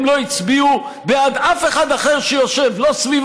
הם לא הצביעו בעד אף אחד אחר שיושב לא סביב